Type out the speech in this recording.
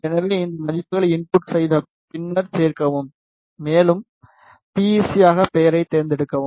எனவே இந்த மதிப்புகளை இன்புட் செய்த பின்னர் சேர்க்கவும் மேலும் பி ஈ சி ஆக பொருளைத் தேர்ந்தெடுக்கவும்